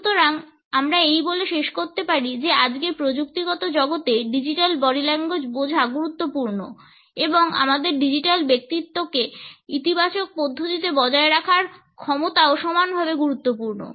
সুতরাং আমরা এই বলে শেষ করতে পারি যে আজকের প্রযুক্তিগত জগতে Digital Body Language বোঝা গুরুত্বপূর্ণ এবং আমাদের ডিজিটাল ব্যক্তিত্বকে ইতিবাচক পদ্ধতিতে বজায় রাখার ক্ষমতাও সমানভাবে গুরুত্বপূর্ণ